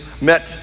met